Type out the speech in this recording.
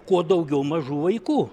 kuo daugiau mažų vaikų